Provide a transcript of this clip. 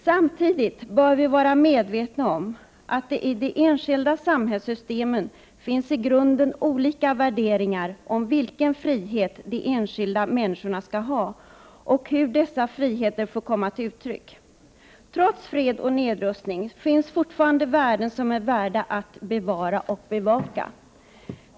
Samtidigt bör vi vara medvetna om att det i de enskilda samhällssystemen finns i grunden olika värderingar om vilken frihet de enskilda människorna skall ha och hur dessa friheter får komma till uttryck. Trots fred och nedrustning finns fortfarande värden som är värda att bevara och bevaka.